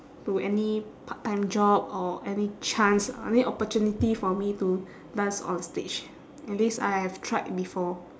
to any part time job or any chance I mean opportunity for me to dance on stage at least I have tried before